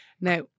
now